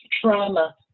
trauma